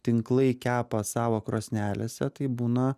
tinklai kepa savo krosnelėse tai būna